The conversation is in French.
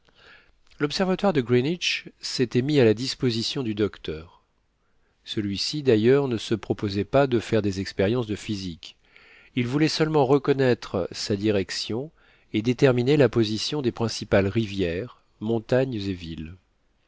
l'observatoire de greenwich s'était mis à la disposition du docteur celui-ci d'ailleurs ne se proposait pas de faire des expériences de physique il voulait seulement reconnaître sa direction et déterminer la position des principales rivières montagnes et villes